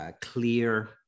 clear